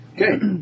Okay